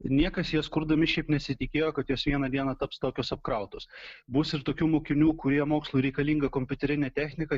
niekas jas kurdami šiaip nesitikėjo kad jos vieną dieną taps tokios apkrautos bus ir tokių mokinių kurie mokslui reikalingą kompiuterinę techniką